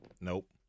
Nope